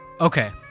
okay